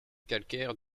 calcaire